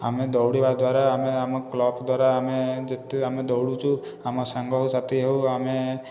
ଆମେ ଦୌଡ଼ିବା ଦ୍ୱାରା ଆମେ ଆମ କ୍ଲବ ଦ୍ୱାରା ଆମେ ଯେତେ ଆମେ ଦୌଡ଼ୁଛୁ ଆମ ସାଙ୍ଗସାଥି ହେଉ ଆମେ